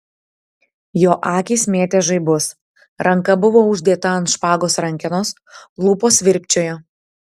jo akys mėtė žaibus ranka buvo uždėta ant špagos rankenos lūpos virpčiojo